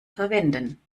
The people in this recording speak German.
verwenden